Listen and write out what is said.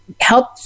help